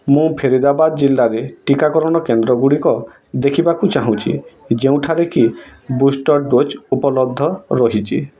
ମୁଁ ଫେରିଦାବାଦ ଜିଲ୍ଲାରେ ଟିକାକରଣ କେନ୍ଦ୍ରଗୁଡ଼ିକ ଦେଖିବାକୁ ଚାହୁଁଛି ଯେଉଁଠାରେ କି ବୁଷ୍ଟର୍ ଡ଼ୋଜ୍ ଉପଲବ୍ଧ ରହିଛି